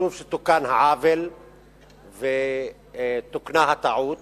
חשוב שתוקן העוול ותוקנה הטעות.